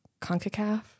Concacaf